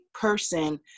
person